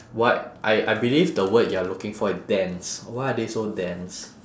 what I I believe the word you're looking for is dense why are they so dense